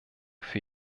für